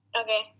Okay